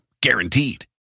guaranteed